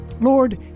Lord